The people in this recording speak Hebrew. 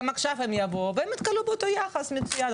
גם עכשיו הם יבואו והם יקבלו את אותו היחס המצוין,